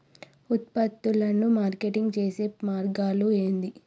ఉత్పత్తులను మార్కెటింగ్ చేసే మార్గాలు ఏంది?